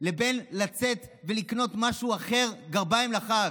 לבין לצאת ולקנות משהו אחר, גרביים לחג.